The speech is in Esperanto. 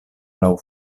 laŭ